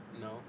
No